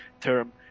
term